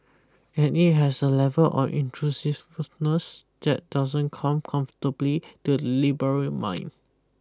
and it has a level of intrusiveness that doesn't come comfortably to the liberal mind